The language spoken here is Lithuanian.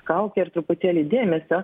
kaukę ir truputėlį dėmesio